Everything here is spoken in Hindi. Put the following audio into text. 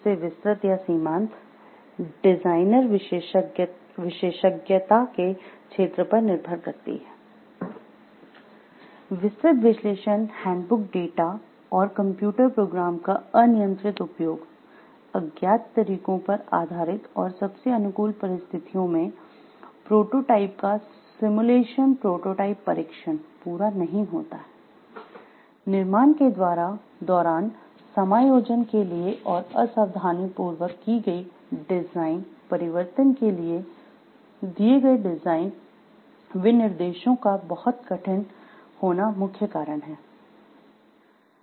विस्तृत विश्लेषण हैंडबुक डेटा और कंप्यूटर प्रोग्राम का अनियंत्रित उपयोग अज्ञात तरीकों पर आधारित और सबसे अनुकूल परिस्थितियों में प्रोटोटाइप का "सिमुलेशन प्रोटोटाइप परीक्षण" पूरा नहीं होता है निर्माण के दौरान समायोजन के लिए और असावधानी पूर्वक की गई डिजाइन परिवर्तन के लिए दिए गए डिजाईन विनिर्देशों का बहुत कठिन होना मुख्य कारण है